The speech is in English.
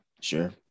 Sure